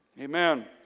Amen